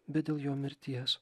bet dėl jo mirties